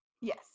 Yes